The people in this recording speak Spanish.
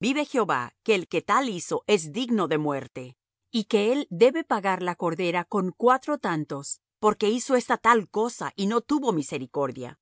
vive jehová que el que tal hizo es digno de muerte y que él debe pagar la cordera con cuatro tantos porque hizo esta tal cosa y no tuvo misericordia